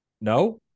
No